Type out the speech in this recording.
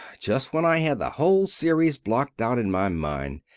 just when i had the whole series blocked out in my mind.